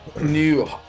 new